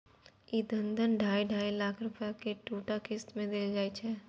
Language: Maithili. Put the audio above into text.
ई धन ढाइ ढाइ लाख रुपैया के दूटा किस्त मे देल जाइ छै